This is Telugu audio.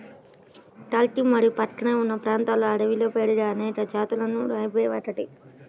టర్కీ మరియు ప్రక్కనే ఉన్న ప్రాంతాలలో అడవిలో పెరిగే అనేక జాతులలో రై ఒకటి